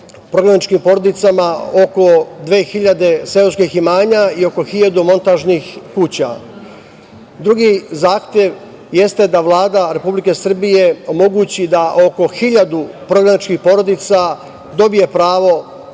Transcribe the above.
prognaničkim porodicama, oko 2.000 seoskih imanja i oko 1.000 montažnih kuća. Drugi zahtev jeste da Vlada Republike Srbije omogući da oko 1.000 prognaničkih porodica dobije pravo